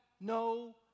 no